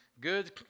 good